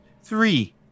Three